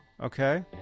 okay